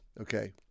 Okay